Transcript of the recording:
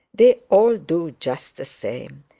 they all do just the same.